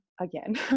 again